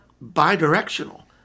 bi-directional